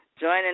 joining